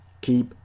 Keep